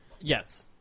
Yes